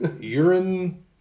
Urine